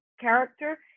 character